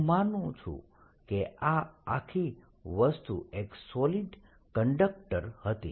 હું માનું છું કે આ આખી વસ્તુ એક સોલિડ કંડક્ટર હતી